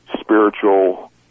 spiritual